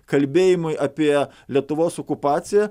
kalbėjimui apie lietuvos okupaciją